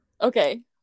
okay